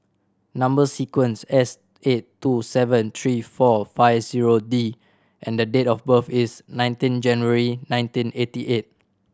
number sequence S eight two seven three four five zero D and date of birth is nineteen January nineteen eighty eight